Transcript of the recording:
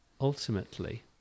ultimately